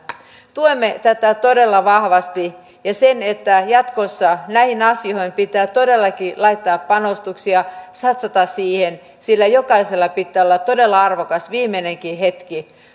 tuemme tätä todella vahvasti ja jatkossa näihin asioihin pitää todellakin laittaa panostuksia satsata siihen sillä jokaisella pitää olla todella arvokas viimeinenkin hetki